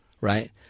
right